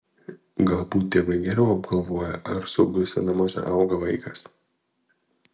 galbūt tėvai geriau apgalvoja ar saugiuose namuose auga vaikas